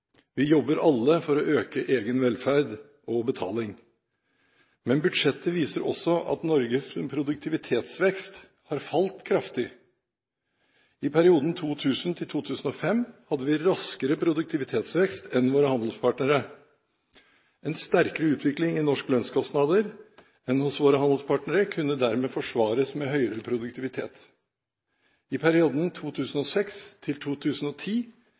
Vi jobber alle for å øke egen velferd og betaling. Men budsjettet viser også at Norges produktivitetsvekst har falt kraftig. I perioden 2000–2005 hadde vi raskere produktivitetsvekst enn våre handelspartnere. En sterkere utvikling i lønnskostnader hos oss enn hos våre handelspartnere kunne dermed forsvares med høyere produktivitet. I perioden